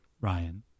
Ryan